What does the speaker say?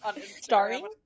Starring